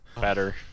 Better